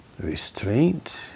restraint